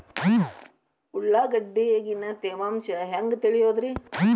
ಉಳ್ಳಾಗಡ್ಯಾಗಿನ ತೇವಾಂಶ ಹ್ಯಾಂಗ್ ತಿಳಿಯೋದ್ರೇ?